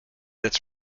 its